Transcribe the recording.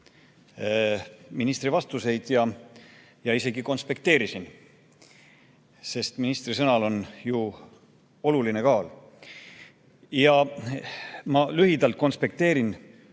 ministri vastuseid ja isegi konspekteerisin, sest ministri sõnal on ju oluline kaal. Ja ma lühidalt konspekteerisin